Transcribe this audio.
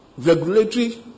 Regulatory